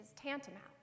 tantamount